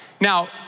Now